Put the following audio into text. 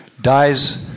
dies